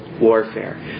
warfare